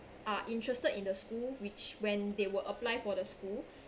are interested in the school which when they will apply for the school